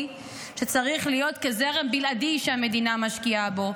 שצריך להיות כזרם בלעדי שהמדינה משקיעה בו.